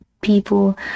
people